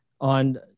on